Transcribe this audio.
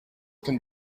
can